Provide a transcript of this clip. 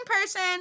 person